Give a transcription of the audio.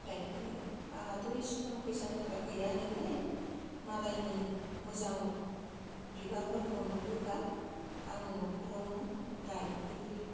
गायफैयो आंहाथ एसेबां थाखा फैसा गैया नालाय मालायनि मोजां बिबारफोरखौ नुयोबा आङो न'खरावनो गायफैयो